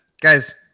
Guys